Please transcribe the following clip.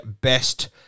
best